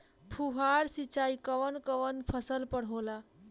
फुहार सिंचाई कवन कवन फ़सल पर होला?